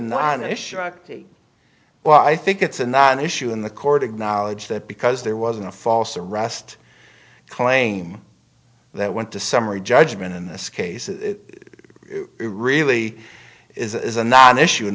non issue well i think it's a non issue in the court acknowledged that because there wasn't a false arrest claim that went to summary judgment in this case it really is a non issue in